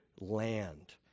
land